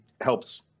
helps